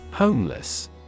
Homeless